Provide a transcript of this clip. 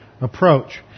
approach